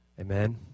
Amen